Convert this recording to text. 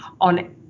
on